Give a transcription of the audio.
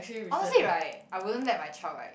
honestly right I wouldn't let my child right